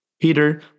Peter